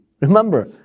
remember